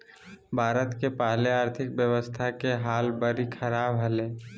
भारत के पहले आर्थिक व्यवस्था के हाल बरी ख़राब हले